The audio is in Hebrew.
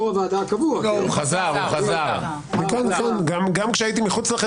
אבל מקדים אותו סעיף 33 שמכוחו מואצלות